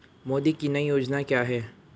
मोदी की नई योजना क्या है?